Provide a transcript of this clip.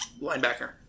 linebacker